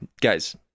Guys